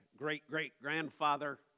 Great-great-grandfather